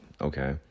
okay